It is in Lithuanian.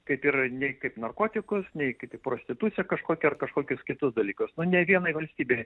kaip ir nei kaip narkotikus nei kaip prostitucija kažkokia ar kažkokius kitus dalykus nu nė vie vienai valstybei